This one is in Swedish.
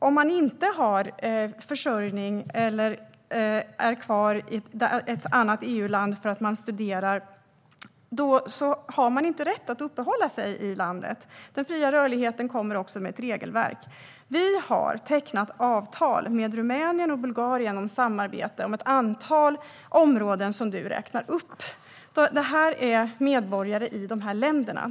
Om man inte har försörjning eller är kvar i ett annat EU-land för att man studerar har man inte rätt att uppehålla sig i landet. Till den fria rörligheten hör också ett regelverk. Vi har tecknat avtal med Rumänien och Bulgarien om samarbete på ett antal områden som du räknar upp. Det rör sig om medborgare i dessa länder.